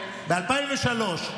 ב-2003,